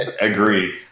agree